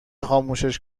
خاموشش